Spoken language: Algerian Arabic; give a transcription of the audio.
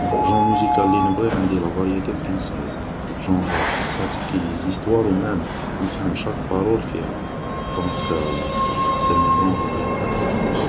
جونغ موزيكال لي نبغيه عندي لافارييتي فرونساز جونغ تحسها تحكي ليزيسطوار ومام نفهم شاك بارول فيها دونك سي مون جونغ لي نبغيه لو بلوس